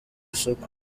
isoko